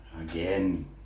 again